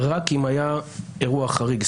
רק אם היה אירוע חריג,